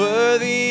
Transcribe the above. Worthy